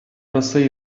роси